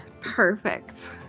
Perfect